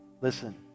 listen